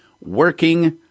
working